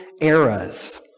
eras